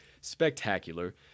spectacular